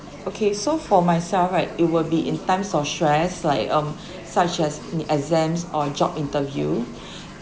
okay so for myself right it will be in times of stress like um such as the exams or job interview